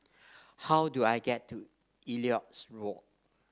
how do I get to Elliot's Walk